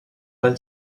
del